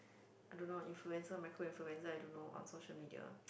I don't know influencer micro influencer I don't know on social media